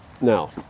Now